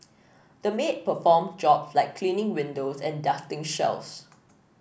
the maid performed jobs like cleaning windows and dusting shelves